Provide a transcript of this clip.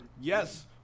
yes